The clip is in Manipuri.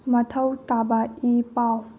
ꯃꯊꯧ ꯇꯥꯕ ꯏ ꯄꯥꯎ